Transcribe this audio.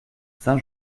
saint